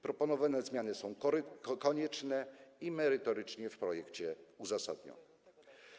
Proponowane zmiany są konieczne i merytorycznie w projekcie uzasadnione.